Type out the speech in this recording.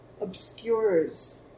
obscures